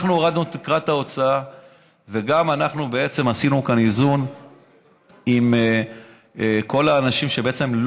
הורדנו את תקרת ההוצאה ועשינו את האיזון עם כל האנשים שלא